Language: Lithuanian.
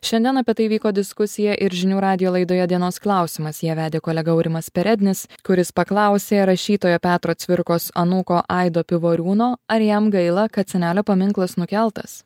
šiandien apie tai vyko diskusija ir žinių radijo laidoje dienos klausimas ją vedė kolega aurimas perednis kuris paklausė rašytojo petro cvirkos anūko aido pivoriūno ar jam gaila kad senelio paminklas nukeltas